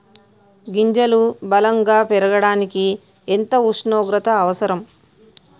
గింజలు బలం గా పెరగడానికి ఎంత ఉష్ణోగ్రత అవసరం?